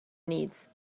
needs